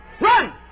Run